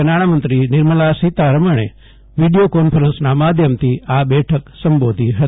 કે ન્દ્રીય નાણામંત્રી નિર્મલા સીતારમણે વીડીયો કો ન્ફરન્સના માધ્યમથી આ બેઠક સંબોધી હતી